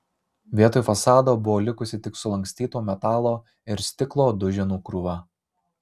vietoj fasado buvo likusi tik sulankstyto metalo ir stiklo duženų krūva